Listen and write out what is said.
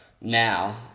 now